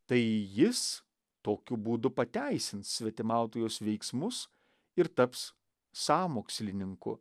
tai jis tokiu būdu pateisins svetimautojos veiksmus ir taps sąmokslininku